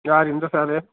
யார் எந்த சாரு